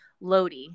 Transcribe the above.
Lodi